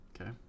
Okay